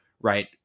right